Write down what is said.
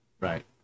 Right